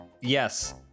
Yes